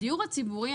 הדיור הציבורי,